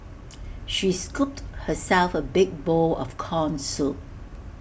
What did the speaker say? she scooped herself A big bowl of Corn Soup